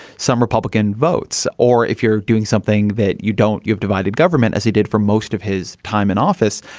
some republican votes or if you're doing something that you don't, you've divided government as he did for most of his time in office.